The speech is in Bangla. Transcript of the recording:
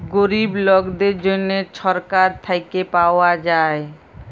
গরিব লকদের জ্যনহে ছরকার থ্যাইকে পাউয়া যায়